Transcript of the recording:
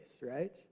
right